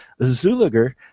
Zuliger